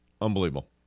Unbelievable